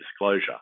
disclosure